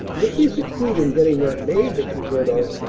if we succeed in getting that maid that you heard of,